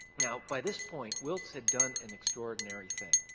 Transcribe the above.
now by this point, wilkes had done an extraordinary thing.